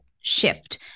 shift